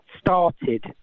started